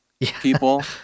People